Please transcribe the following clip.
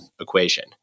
equation